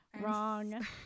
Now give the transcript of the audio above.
Wrong